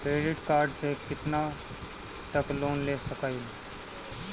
Credit card से कितना तक लोन ले सकईल?